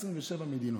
27 מדינות.